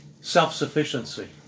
self-sufficiency